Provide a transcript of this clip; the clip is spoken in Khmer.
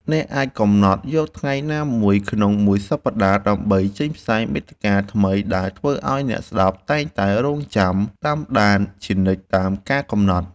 អ្នកអាចកំណត់យកថ្ងៃណាមួយក្នុងមួយសប្តាហ៍ដើម្បីចេញផ្សាយមាតិកាថ្មីដែលធ្វើឱ្យអ្នកស្តាប់តែងតែរង់ចាំតាមដានជានិច្ចតាមការកំណត់។